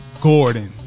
Gordon